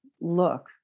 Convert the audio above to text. look